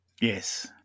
Yes